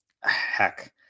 heck